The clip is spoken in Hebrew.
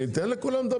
יש עתירה בבית משפט.